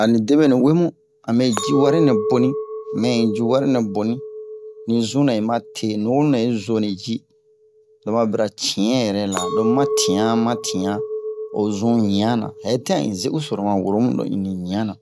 ani debenu wemu ame ji wari nɛ boni mɛ i dju wari nɛ boni ni zun nɛ un'ma te nuwonu nɛ i zo ni ji lo ma bira cin yɛrɛ la lo ma bira ma tiyan ma tiyan o zun ɲana hɛ tian un'zeu so loma woro mu loni ɲana